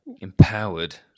Empowered